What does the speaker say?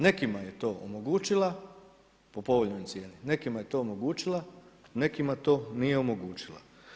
Nekima je to omogućila, po povoljnoj cijeni, nekima to nije omogućila, nekima to nije omogućila.